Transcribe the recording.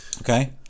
Okay